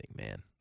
man